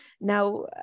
Now